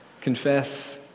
confess